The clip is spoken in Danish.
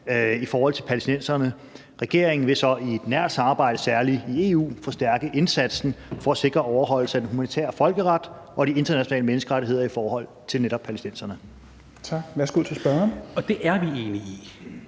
i forhold til palæstinenserne. Regeringen vil så i et nært samarbejde særlig i EU forstærke indsatsen for at sikre overholdelsen af den humanitære folkeret og de internationale menneskerettigheder i forhold til netop palæstinenserne. Kl. 13:06 Fjerde næstformand